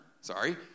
sorry